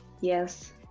Yes